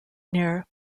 near